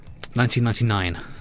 1999